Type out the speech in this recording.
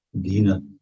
Dina